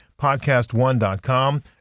PodcastOne.com